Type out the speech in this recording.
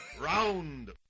Round